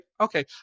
okay